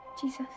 Jesus